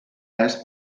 res